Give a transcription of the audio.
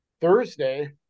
Thursday